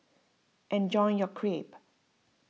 enjoy your Crepe